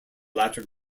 latter